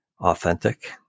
authentic